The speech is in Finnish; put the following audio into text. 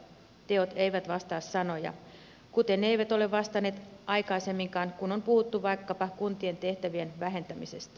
teot eivät vastaa sanoja kuten eivät ole vastanneet aikaisemminkaan kun on puhuttu vaikkapa kuntien tehtävien vähentämisestä